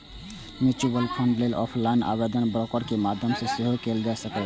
mutual fund लेल offline आवेदन broker के माध्यम सं सेहो कैल जा सकैए